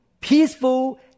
peaceful